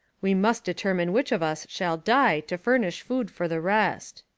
we must deter mine which of us shall die to furnish food for the rest.